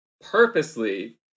purposely